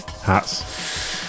Hats